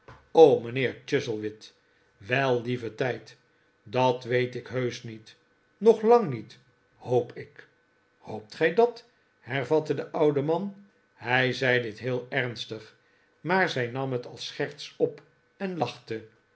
riiijnheer chuzzlewit wei lieve tijd dat weet ik heusch niet nog lang niet hoop ik hoopt gij dat hervatte de oude man hij zei dit heel ernstig maar zij nam het als scherts op en lachte